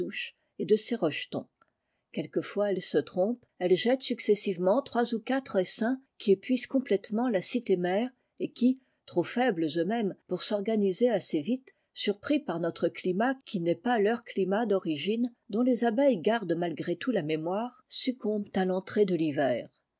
et de ses rejetons quelquefois elles se trompent elles jettent successivement trois ou quatre essaims qui épuisent complètement la cité mère et qui trop faibles eux-mêmes pour s'organiser assez vite surpris par notre cl t qui n'est pas leur climat d'origine dont les abeilles gardent malgré tout la mémoire succombent à l'entrée de l'hiver